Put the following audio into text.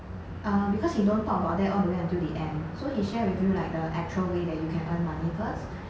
uh because he don't talk about that all the way until the end so he share with you like the actual way that you can earn money first